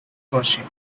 crossing